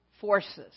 forces